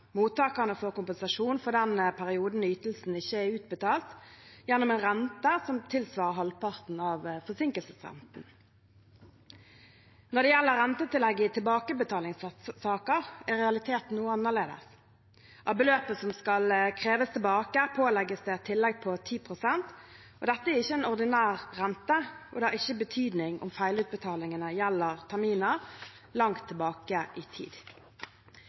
Mottakerne får kompensasjon for den perioden ytelsen ikke er utbetalt, gjennom en rente som tilsvarer halvparten av forsinkelsesrenten. Når det gjelder rentetillegg i tilbakebetalingssaker, er realiteten noe annerledes. Av beløpet som skal kreves tilbake, pålegges det et tillegg på 10 pst. Dette er ikke en ordinær rente, og det har ikke betydning om feilutbetalingene gjelder terminer langt tilbake i tid.